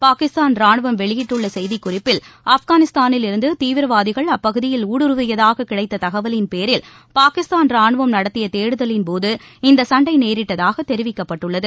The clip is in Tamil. பாகிஸ்தான் ரானுவம் வெளியிட்டுள்ள செய்திக் குறிப்பில் ஆப்காளிஸ்தானில் இருந்து தீவிரவாதிகள் அப்பகுதியில் ஊடுருவியதாக கிடைத்த தகவலின் பேரில் பாகிஸ்தான் ரானுவம் நடத்திய தேடுதலின்போது இந்த சண்டை நேரிட்டதாக தெரிவிக்கப்பட்டுள்ளது